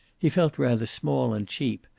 he felt rather small and cheap,